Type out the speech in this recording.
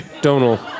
Donald